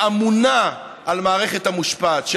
שאמונה על מערכת המשפט,